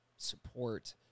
support